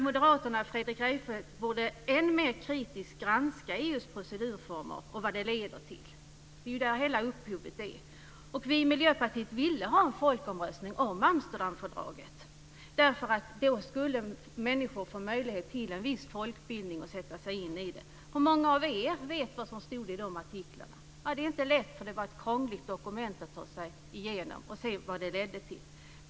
Moderaterna och Fredrik Reinfeldt borde än mer kritiskt granska EU:s procedurformer och vad de leder till. Det är där hela upphovet är. Vi i Miljöpartiet ville ha en folkomröstning om Amsterdamfördraget. Då skulle människor få möjlighet till en viss folkbildning och sätta sig in i det. Hur många av er vet vad som stod i de artiklarna? Det är inte lätt. Det var ett krångligt dokument att ta sig igenom och se vad det kunde leda till.